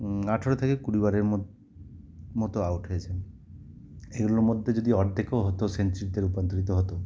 আঠেরো থেকে কুড়ি বারের ম মতো আউট হয়েছেন এগুলোর মধ্যে যদি অর্ধেকও হতো সেঞ্চুরিতে রূপান্তরিত হতো